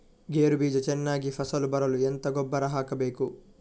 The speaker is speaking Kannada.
ಗೇರು ಬೀಜ ಚೆನ್ನಾಗಿ ಫಸಲು ಬರಲು ಎಂತ ಗೊಬ್ಬರ ಹಾಕಬೇಕು?